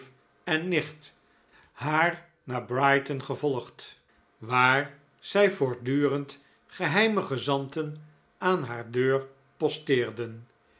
en nicht haar naar brighton gevolgd waar zij voortdurend geheime gezanten aan haar deur